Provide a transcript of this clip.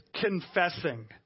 confessing